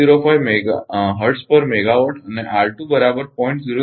05 megawatt દીઠ hertz અને આ R2 બરાબર 0